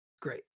great